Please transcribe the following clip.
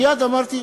מייד אמרתי: